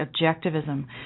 Objectivism